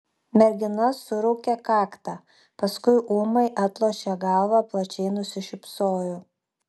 mergina suraukė kaktą paskui ūmai atlošė galvą plačiai nusišypsojo